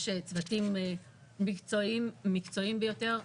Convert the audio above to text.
יש צוותים מקצועיים ביותר.